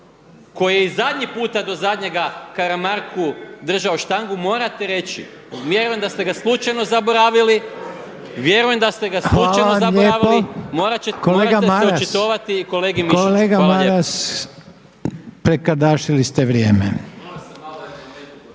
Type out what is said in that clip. koji je i zadnji puta do zadnjega Karamarku držao štangu morate reći, vjerujem da ste ga slučajno zaboravili, vjerujem da ste ga slučajno zaboravili, morati ćete se očitovati i kolegi Mišiću. Hvala lijepo.